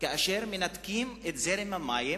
כאשר מנתקים את זרם המים